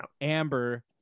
amber